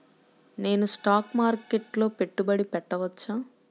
నేను స్టాక్ మార్కెట్లో పెట్టుబడి పెట్టవచ్చా?